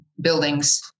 buildings